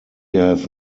have